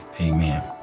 Amen